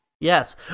Yes